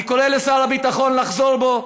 אני קורא לשר הביטחון לחזור בו.